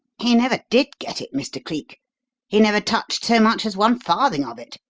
he never did get it, mr. cleek he never touched so much as one farthing of it.